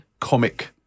Comic